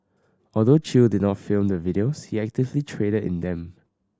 although Chew did not film the videos he actively traded in them